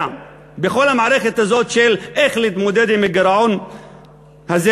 בכל המערכת הזאת של איך להתמודד עם הגירעון הזה